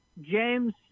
James